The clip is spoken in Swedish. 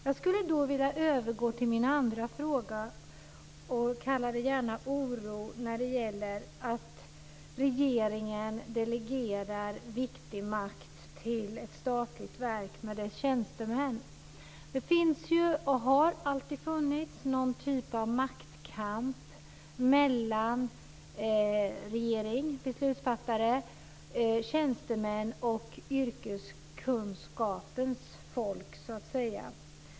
Jag skulle då vilja övergå till min andra fråga, min kalla det gärna oro över att regeringen delegerar viktig makt till ett statligt verk med dess tjänstemän. Det finns ju, och har alltid funnits, någon typ av maktkamp mellan regering - beslutsfattare - och tjänstemän - yrkeskunskapens folk, så att säga.